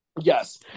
Yes